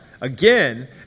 again